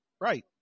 Right